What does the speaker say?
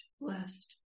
blessed